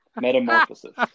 Metamorphosis